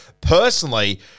Personally